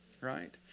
Right